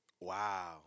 Wow